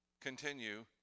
continue